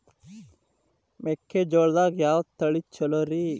ಮೆಕ್ಕಿಜೋಳದಾಗ ಯಾವ ತಳಿ ಛಲೋರಿ?